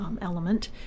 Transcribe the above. element